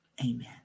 Amen